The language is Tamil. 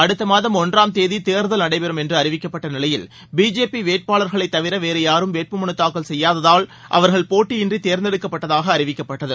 அடுத்த மாதம் ஒன்றாம் தேதி தேர்தல் நடைபெறும் என்று அறிவிக்கப்பட்ட நிலையில் பிஜேபி வேட்பாளர்களைத் தவிர வேறு யாரும் வேட்பு மனு தாக்கல் செய்யாததால் அவர்கள் போட்டியின்றி தேர்ந்தெடுக்கப்பட்டதாக அறிவிக்கப்பட்டது